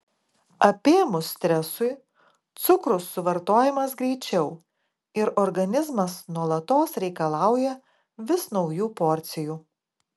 apėmus stresui cukrus suvartojamas greičiau ir organizmas nuolatos reikalauja vis naujų porcijų